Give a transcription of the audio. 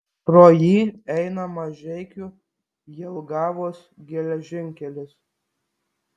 pro jį eina mažeikių jelgavos geležinkelis